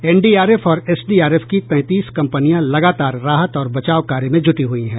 NDRF और SDRF की तैंतीस कंपनियां लगातार राहत और बचाव कार्य में जुटी हुई हैं